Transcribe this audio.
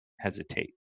hesitate